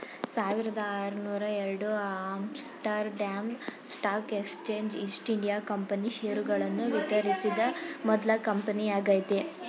ಸಾವಿರದಆರುನೂರುಎರಡು Amsterdam stock exchange East India company ಷೇರುಗಳನ್ನು ವಿತರಿಸಿದ ಮೊದ್ಲ ಕಂಪನಿಯಾಗೈತೆ